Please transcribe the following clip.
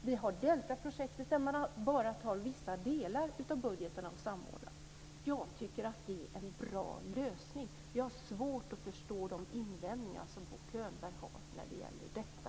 Vi har Deltaprojektet där man bara samordnar vissa delar av budgetarna. Jag tycker att det är en bra lösning. Jag har svårt att förstå de invändningar som Bo Könberg har när det gäller detta.